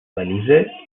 belize